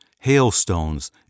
hailstones